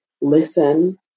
listen